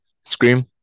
Scream